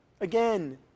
again